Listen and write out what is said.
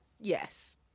Yes